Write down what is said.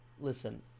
Listen